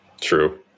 True